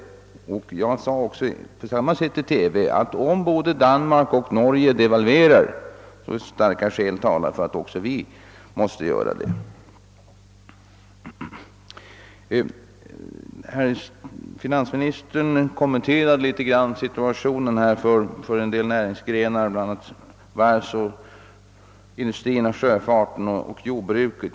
Jag sade också i TV att om däremot både Danmark och Norge devalverade förelåg starka skäl att också vi gjorde det. Finansministern kommenterade något situationen för en del näringsgrenar, bl.a. varvsindustri, sjöfart och jordbruk.